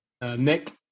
Nick